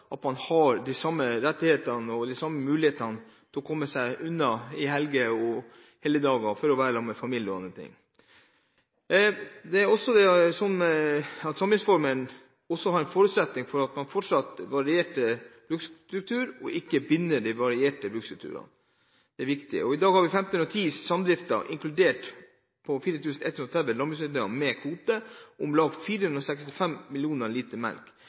at de har de samme rettighetene og mulighetene som andre til å komme seg unna i helger og helligdager for å kunne være sammen med familien. Samdriftsformen er en forutsetning for en fortsatt variert bruksstruktur, og er ikke til hinder for en variert bruksstruktur. Det er viktig. I dag har vi 1 510 samdrifter, inkludert 4 130 landbrukseiendommer med kvote, og om lag 465 millioner liter melk. Det er en betydelig andel av den årlige kumelkproduksjonen på vel 1 500 millioner liter melk